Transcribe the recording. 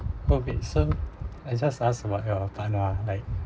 okay so I just ask about your partner ah like